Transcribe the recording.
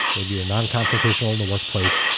maybe you're non-confrontational in the workplace.